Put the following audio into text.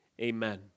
amen